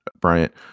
Bryant